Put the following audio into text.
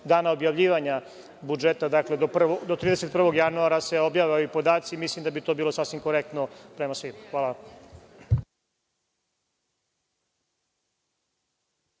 dana objavljivanja budžeta, dakle do 31. januara se objave ovi podaci. Mislim da bi to bilo sasvim korektno prema svima.